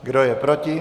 Kdo je proti?